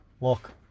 look